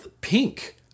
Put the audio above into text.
pink